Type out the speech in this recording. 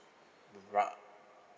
right